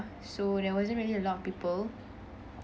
so there wasn't really a lot of people